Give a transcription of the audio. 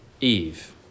Eve